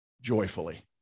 joyfully